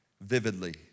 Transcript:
vividly